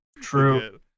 true